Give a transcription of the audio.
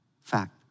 Fact